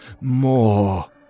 more